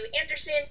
anderson